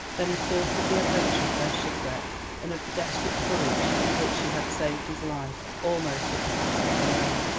then he thought of the adventure of their shipwreck, and of the desperate courage with which she had saved his life, almost at the cost of her own.